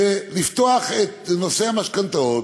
לפתוח את נושא המשכנתאות